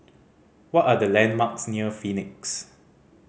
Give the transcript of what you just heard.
what are the landmarks near Phoenix